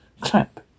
clap